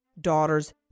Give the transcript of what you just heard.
daughter's